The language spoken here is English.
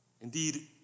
Indeed